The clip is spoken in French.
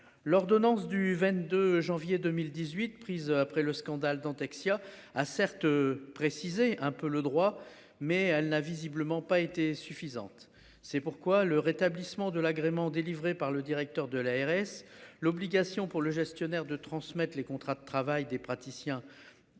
L'ordonnance du 22 janvier 2018 prise après le scandale Dentexia a certes précisé un peu le droit mais elle n'a visiblement pas été suffisantes. C'est pourquoi le rétablissement de l'agrément délivré par le directeur de l'ARS, l'obligation pour le gestionnaire de transmettre les contrats de travail des praticiens.